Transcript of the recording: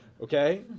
okay